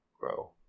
Grow